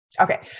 Okay